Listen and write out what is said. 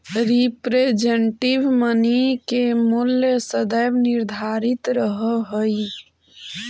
representative money के मूल्य सदैव निर्धारित रहऽ हई